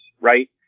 right